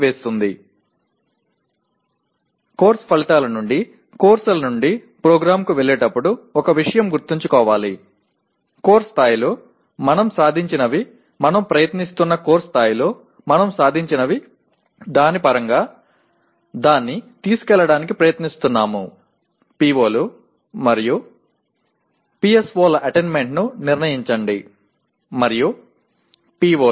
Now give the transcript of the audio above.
பாடநெறி விளைவுகள் நிரலுக்கான பாடங்கள் என தாண்டி நாம் செல்லும்போது ஒரு விஷயத்தை நினைவில் வைத்துக் கொள்ள வேண்டும் பாடநெறி மட்டத்தில் நாம் எதை அடைந்தாலும் நாம் முயற்சிக்கும் பாடநெறி மட்டத்தில் நாம் PO கள் மற்றும் PSO களின் அடையலை நோக்கிச் செல்ல முயற்சிக்கிறோம்